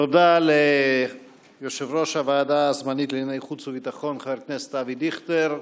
תודה ליושב-ראש הוועדה הזמנית לענייני חוץ וביטחון חבר הכנסת אבי דיכטר.